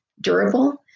durable